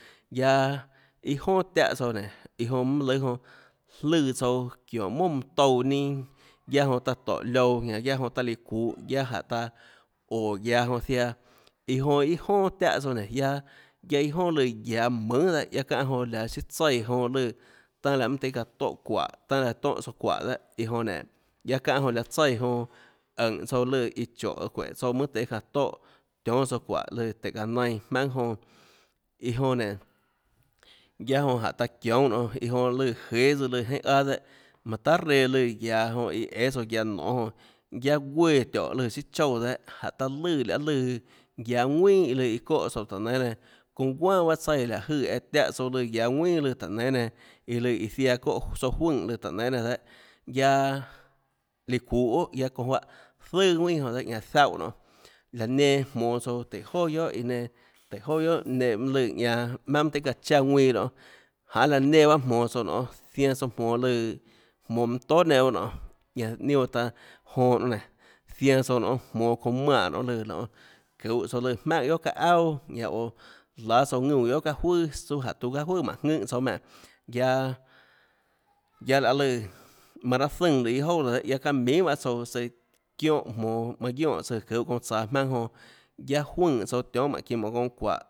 Guiaâ iâ jonà táhã tsouã nénåjonã mønâ lùâ jonã jlùã tsouã monà mønã touã ninâ guiaâ jonã taã tóhå lioã ninâ jonã taã líã çuuhå jánhå taã óå guiaå jonã ziaã iã jonã iâ jonà tiahå tsouã nénå guiaâ guiaâ iâ jonà lùã guiaå mønhà guiaâ çánhã jonã chiâ tsaíã jonã lùã tanâ laã mønâ tøhê çaã tóhã çuáhå tanâ laã tónhã tsouã çuáhå dehâ iã jonã nénå çánhã jonã laã tsaíã jonã ùnhå tsouã lùã iã chóhå çuéhå tsouã mønâ tøhê çaã tóhã tionhã tsouã çuáhå lùã tùå çaã nainã jmaønâ jonã iã jonã nénå guiaâ jonã jáhå taã çioúnã nonê jonã lùã jéâ søã lùã jienhâ aâ dehâ manã tahà reã lùã guiaå iã õã tsouã guiaå nonê guiaâ gúeã tióhå lùã søâ choúã dehâ jánhå taã lùã lahê lùã guiaâ ðuinà iã lùã iã çóhã tsouã táhå nénâ nenã çounâ guanà bahâ tsaíã láhå jøè eã tiáhã tsouã lùã guiaå ðuinà lùã táhå nénâ nenã iã lùã iã ziaã çóhã tsouã juønè lùã tùhå nénâ nenã dehâ guiaâ líâ çuuhå guiohà çounã juáhã zøà ðuinà jonã dehâ zaúhã nonê laå nenã jmonå tsouã tùhå joà guiohà iã nenã tùhå joà guiohànenã mønâ lùã ñanã jmaønâ mønâ tøhê çaã chaã ðuinã nonê jahê laã nønã bahâ jmonå tsouã nonê ziaã tsouã jmonå lùã jmonå mønã tóà nenã nonê ñanã ninâ oã taå jonã nonê nénå zianã tsouã nonê jmonå çounã manè nonê lùã çuhå tsouã lùã maùnhà guiohà çaâ auà ñanâ oå láâ tsouã ðuúnã guiohà çaâ juøà suâ jánhå tuã çaâ juøà mánhå ðùnhã tsouã ménhã guiaâ guiaâ lahê lùã manã raâ zùnã lùã iâ jouà laã dehâ çaâ minhà baâ tsouã søã çiónhã jmonå manã guionè tsùã çuhå çounã tsaå jmaønâ jonã guiaâ juøè tsouã tionhâ mánhå çinå mánhå çounã çuáhå